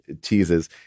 teases